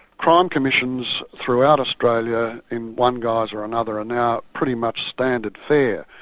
crime commissions, throughout australia, in one guise or another, are now pretty much standard fare.